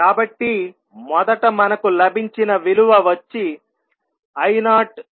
కాబట్టి మొదట మనకు లభించిన విలువ వచ్చి i0s